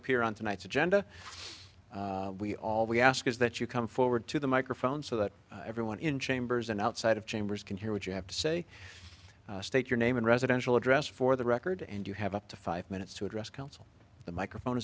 appear on tonight's agenda we all we ask is that you come forward to the microphone so that everyone in chambers and outside of chambers can hear what you have to say state your name and residential address for the record and you have up to five minutes to address counsel the microphone